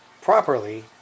properly